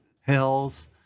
health